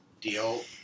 deal